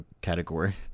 category